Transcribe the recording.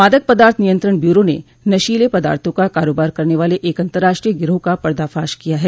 मादक पदार्थ नियंत्रण ब्यूरो ने नशीले पदार्थों का कारोबार करने वाले एक अंतर्राष्ट्रीय गिरोह का पर्दाफाश किया है